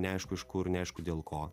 neaišku iš kur neaišku dėl ko